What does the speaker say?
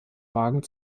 wagen